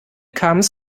comes